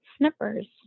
snippers